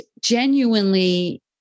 genuinely